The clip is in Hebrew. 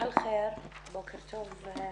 בוקר טוב לכולם.